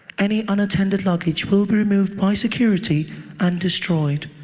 any unattended luggage will be removed by security and destroyed.